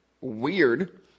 weird